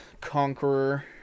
Conqueror